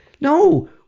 No